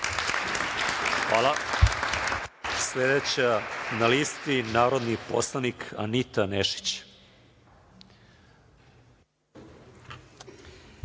Hvala. Sledeća na listi je narodni poslanik Anita Nešić.